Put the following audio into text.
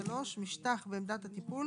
(3)משטח בעמדת הטיפול